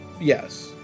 yes